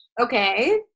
Okay